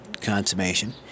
consummation